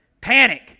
Panic